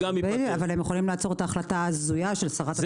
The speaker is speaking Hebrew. הם יכולים לעצור את ההחלטה ההזויה של שרת התחבורה.